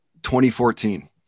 2014